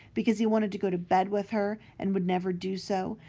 because he wanted to go to bed with her and would never do so,